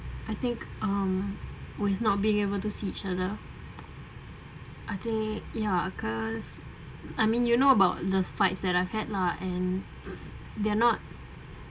I think um we've not being able to see each other I think ya of course I mean you know about those fights that I had lah and they are not